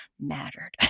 mattered